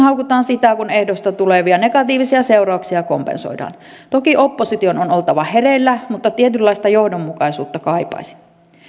haukutaan sitä kun ehdoista tulevia negatiivisia seurauksia kompensoidaan toki opposition on on oltava hereillä mutta tietynlaista johdonmukaisuutta kaipaisin